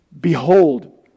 Behold